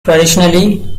traditionally